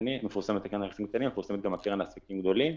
קטנים מפורסמת גם הקרן לעסקים גדולים.